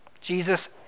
Jesus